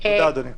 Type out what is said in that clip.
תודה, אדוני.